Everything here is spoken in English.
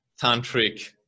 tantric